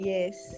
Yes